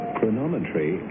Chronometry